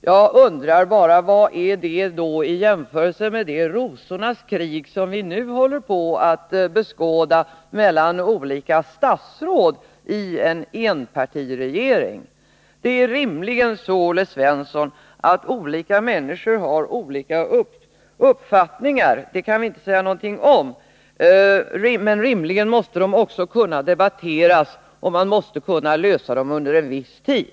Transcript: Jag undrar bara: Vad är det i jämförelse med det rosornas krig som vi nu håller på att beskåda mellan olika statsråd i en enpartiregering? Det är rimligen så, Olle Svensson, att olika människor har olika uppfattningar. Det kan vi inte säga någonting om. Men det måste rimligen kunna debatteras, och man måste kunna lösa tvisterna under en viss tid.